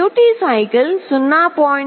duty cycle 0